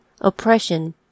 oppression